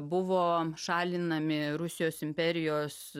buvo šalinami rusijos imperijos